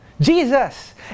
Jesus